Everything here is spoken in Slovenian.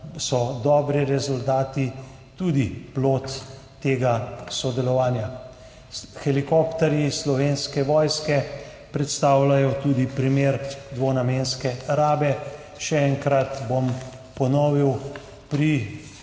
so dobri rezultati tudi plod tega sodelovanja. Helikopterji Slovenske vojske predstavljajo tudi primer dvonamenske rabe. Še enkrat bom ponovil, pri